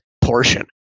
portion